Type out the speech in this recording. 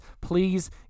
please